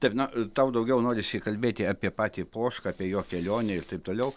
taip na tau daugiau norisi kalbėti apie patį pošką apie jo kelionę ir taip toliau